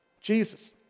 Jesus